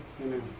Amen